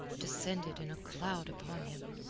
descended in a cloud upon him.